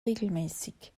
regelmäßig